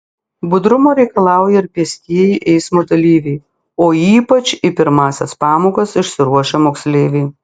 budrumo reikalauja ir pėstieji eismo dalyviai o ypač į pirmąsias pamokas išsiruošę moksleiviai